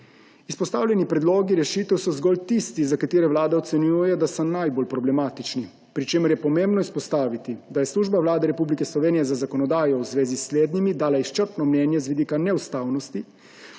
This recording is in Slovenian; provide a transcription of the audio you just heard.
Izpostavljeni predlogi rešitev so zgolj tisti, za katere Vlada ocenjuje, da so najbolj problematični, pri čemer je pomembno izpostaviti, da je Služba Vlade Republike Slovenije za zakonodajo v zvezi s slednjimi dala izčrpno mnenje z vidika neustavnosti